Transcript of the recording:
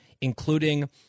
including